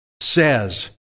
says